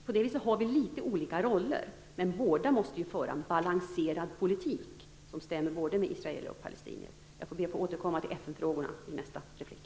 På det viset har vi litet olika roller, men båda måste föra en balanserad politik som stämmer med både israeler och palestinier. Jag får återkomma till FN-frågorna i nästa replik.